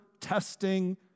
testing